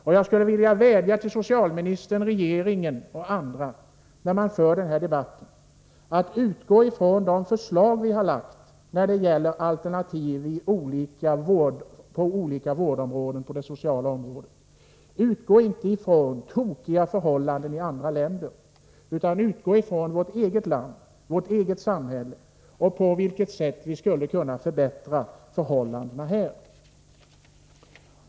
Och jag skulle vilja vädja till socialministern, regeringen och andra att, när de för denna debatt, utgå från de förslag som vi har lagt fram då det gäller alternativ inom olika vårdavsnitt på det sociala området. Utgå inte ifrån krokiga förhållanden i andra länder utan ifrån vårt eget land, vårt eget samhälle och se efter på vilket sätt vi skulle kunna förbättra förhållandena här.